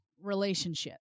relationship